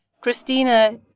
Christina